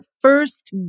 first